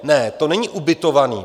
Ne, to není ubytovaný.